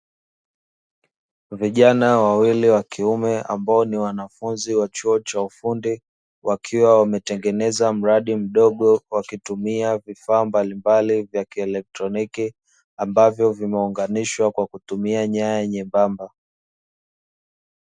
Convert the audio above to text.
Vijana wawili wa kiume ambao ni wanafunzi wa chuo cha ufundi, wakiwa wametengeneza mradi mdogo midogo, wakitumia vifaa mbalimbali vya kielektroniki, ambavyo vimeunganishwa kwa kutumia nyaya nyembamba.